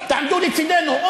אתם עושים עלינו סיבוב?